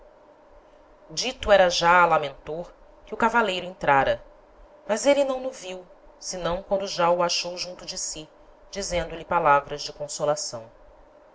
dito era já a lamentor que o cavaleiro entrára mas êle não no viu senão quando já o achou junto de si dizendo-lhe palavras de consolação